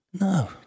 No